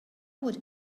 would